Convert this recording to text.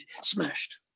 smashed